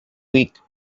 week